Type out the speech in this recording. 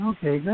Okay